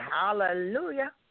Hallelujah